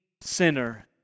sinner